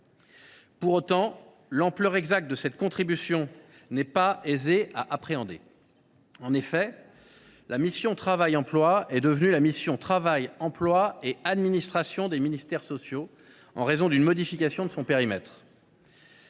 Pour autant, l’ampleur exacte de cette contribution n’est pas aisée à appréhender. En effet, la mission « Travail et emploi » du PLF pour 2024 est devenue la mission « Travail, emploi et administration des ministères sociaux », en raison d’une modification de son périmètre.